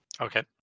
Okay